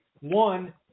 One